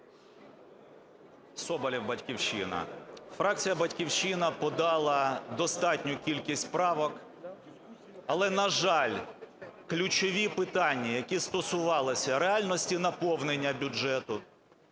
Соболєв, "Батьківщина". Фракція "Батьківщина" подала достатню кількість правок. Але, на жаль, ключові питання, які стосувалися реальності наповнення бюджету